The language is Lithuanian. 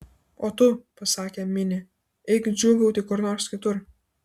o tu pasakė minė eik džiūgauti kur nors kitur